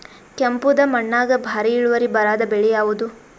ಕೆಂಪುದ ಮಣ್ಣಾಗ ಭಾರಿ ಇಳುವರಿ ಬರಾದ ಬೆಳಿ ಯಾವುದು?